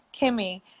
Kimmy